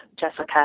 Jessica